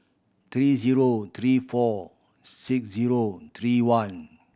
three zero three four six zero three one